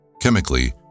Chemically